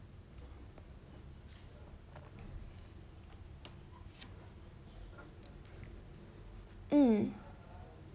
mm